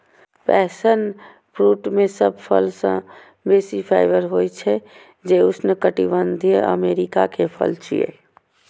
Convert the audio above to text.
passion fruit मे सब फल सं बेसी फाइबर होइ छै, जे उष्णकटिबंधीय अमेरिका के फल छियै